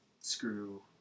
screw